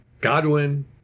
Godwin